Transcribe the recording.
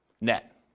net